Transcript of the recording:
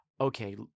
okay